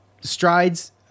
strides